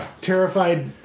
terrified